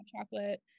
chocolate